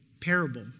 parable